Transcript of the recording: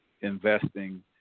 investing